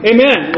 Amen